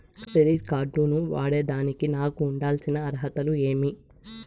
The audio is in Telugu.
క్రెడిట్ కార్డు ను వాడేదానికి నాకు ఉండాల్సిన అర్హతలు ఏమి?